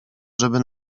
żeby